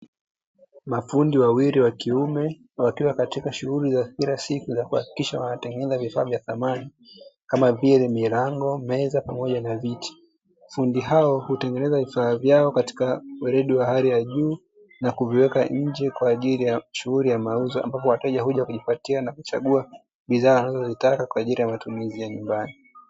Mfundi wawili wakiume wakiwa katika shughuli za kila siku za kuhakikisha wanatengeneza vifaa vya samani kama vile milango, meza pamoja na viti. Mafundi hao hutengeneza vifaa hivyo katika weredi wa hali ya juu na kuviweka nje kwa ajili ya shughuli ya mauzo, ambapo wateja huja kujipatia na kuchagua bidhaa wanazozitaka kwa ajili ya matumizi ya nyumbani.